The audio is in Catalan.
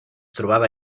trobava